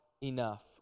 enough